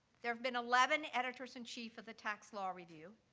there have been eleven editors-in-chief of the tax law review.